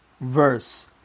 verse